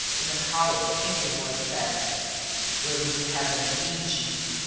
in a hollow, angry voice, said where would you have them be, chief?